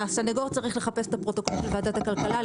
והסנגור צריך לחפש את הפרוטוקול של ועדת הכלכלה,